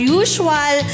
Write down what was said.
usual